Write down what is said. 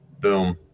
Boom